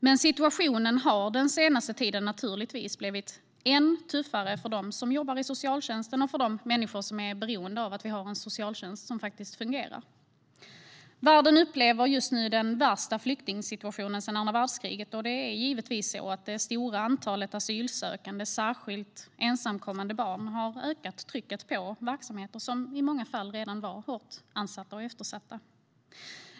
Men situationen har den senaste tiden naturligtvis blivit än tuffare för dem som jobbar i socialtjänsten och för de människor som är beroende av att vi har en socialtjänst som fungerar. Världen upplever just nu den värsta flyktingsituationen sedan andra världskriget, och det är givetvis så att det stora antalet asylsökande, särskilt ensamkommande barn, har ökat trycket på verksamheter som i många fall redan varit hårt ansatta och eftersatta.